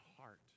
heart